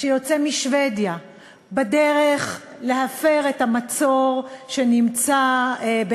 שיוצא משבדיה בדרך להפר את המצור בעזה,